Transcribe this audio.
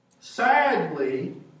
sadly